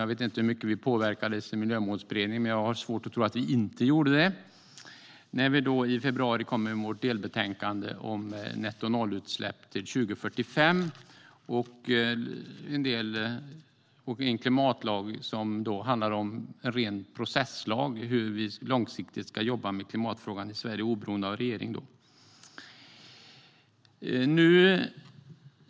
Jag vet inte hur mycket vi påverkades i Miljömålsberedningen, men jag har svårt att tro att vi inte påverkades. I februari kom vi med vårt delbetänkande om nettonollutsläpp till 2045 och en klimatlag som är en ren processlag om hur vi långsiktigt ska jobba med klimatfrågan i Sverige oberoende av regering.